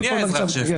זה לא בכל מצב.